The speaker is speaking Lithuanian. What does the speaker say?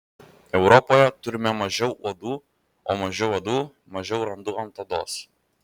europoje turime mažiau uodų o mažiau uodų mažiau randų ant odos